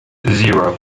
zero